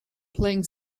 playing